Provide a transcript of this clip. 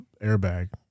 airbag